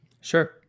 Sure